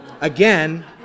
Again